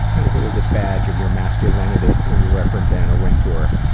and is always a badge of your masculinity when you reference anna wintour.